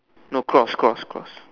no cross cross cross